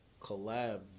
collab